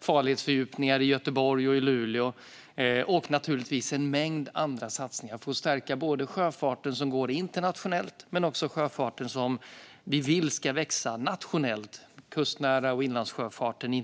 farledsfördjupningar i Göteborg och i Luleå - och naturligtvis en mängd andra satsningar för att stärka både den sjöfart som går internationellt och den sjöfart som vi vill ska växa nationellt. Det gäller inte minst kustnära sjöfart och inlandssjöfarten,